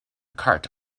cart